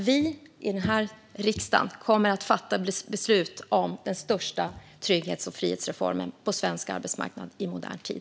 Vi här i riksdagen kommer att fatta beslut om den största trygghets och frihetsreformen på svensk arbetsmarknad i modern tid.